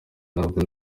ntabwo